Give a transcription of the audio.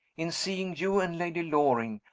in seeing you and lady loring,